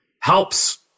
helps